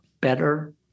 better